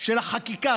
של החקיקה.